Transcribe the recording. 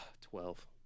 Twelve